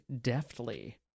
deftly